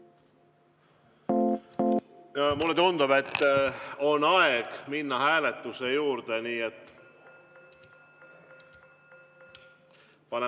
Mulle tundub, et on aeg minna hääletuse juurde,